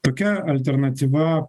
tokia alternatyva